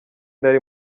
nari